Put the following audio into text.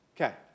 Okay